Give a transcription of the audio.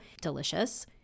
delicious